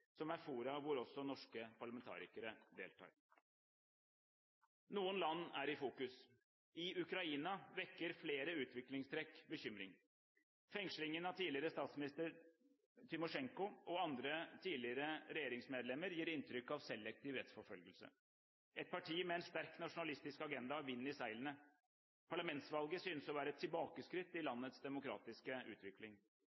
som er fora hvor også norske parlamentarikere deltar. Noen land er i fokus. I Ukraina vekker flere utviklingstrekk bekymring. Fengslingen av tidligere statsminister Timosjenko og andre tidligere regjeringsmedlemmer gir inntrykk av en selektiv rettsforfølgelse. Et parti med en sterk nasjonalistisk agenda har vind i seilene. Parlamentsvalget synes å være et tilbakeskritt i